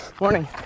Morning